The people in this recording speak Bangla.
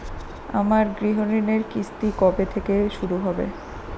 আমার গৃহঋণের কিস্তি কবে থেকে শুরু হবে?